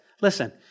Listen